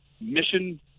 Mission